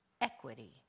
equity